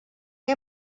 que